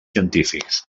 científics